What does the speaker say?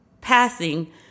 passing